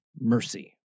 mercy